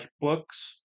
books